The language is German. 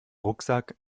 rucksack